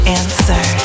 answer